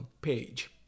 page